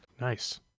Nice